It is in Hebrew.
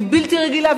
היא בלתי רגילה,